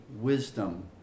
wisdom